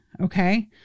okay